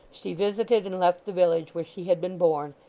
she visited and left the village where she had been born,